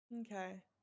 Okay